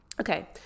Okay